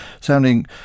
sounding